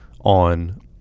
on